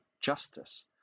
justice